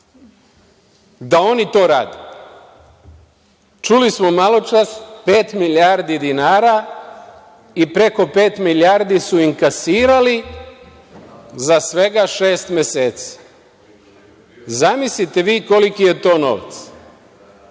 da oni to rade. Čuli smo maločas, pet milijardi dinara i preko pet milijardi su inkasirali za svega šest meseci. Zamislite vi koliki je to